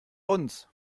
uns